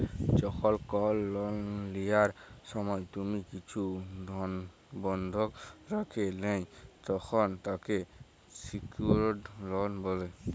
যখল কল লন লিয়ার সময় তুমি কিছু বনধক রাখে ল্যয় তখল তাকে স্যিক্যুরড লন বলে